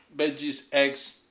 veggies, eggs,